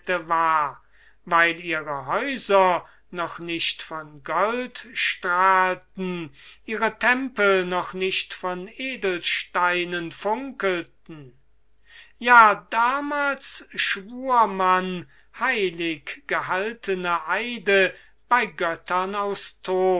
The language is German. war weil ihre häuser noch nicht von gold strahlten ihre tempel noch nicht von edelsteinen funkelten ja damals schwur man heilig gehaltene eide bei göttern aus